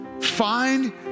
Find